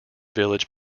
village